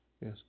yes